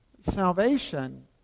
Salvation